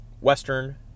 Western